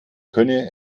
könne